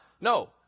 No